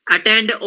Attend